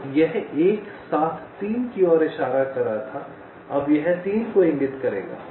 तो यह 1 7 3 की ओर इशारा कर रहा था अब यह 3 को इंगित करेगा